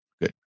Good